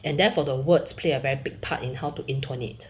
and therefore the words played a very big part in how to intonate